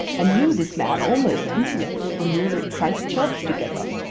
and knew this man almost intimately when we were at christchurch together.